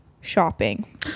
shopping